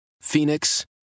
Phoenix